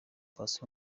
paccy